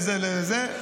לזה ולזה,